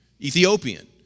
Ethiopian